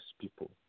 people